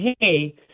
hey